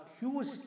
huge